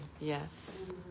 Yes